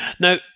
Now